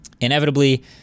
Inevitably